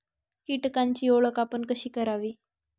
कीटकांची ओळख आपण कशी करावी?